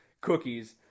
cookies